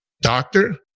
doctor